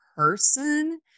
person